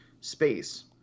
space